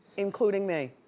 including me,